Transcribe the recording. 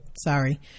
Sorry